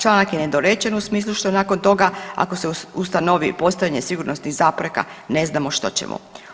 Članak je nedorečen u smislu što nakon toga ako se ustanovi postojanje sigurnosnih zapreka ne znamo što ćemo.